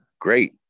great